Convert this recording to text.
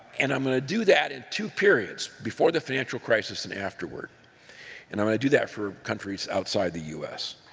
and i'm going to do that in two periods. before the financial crisis and afterward. and i'm going to do that for countries outside the u s.